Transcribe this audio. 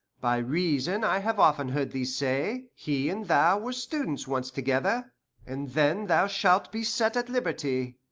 by reason i have often heard thee say, he and thou were students once together and then thou shalt be set at liberty.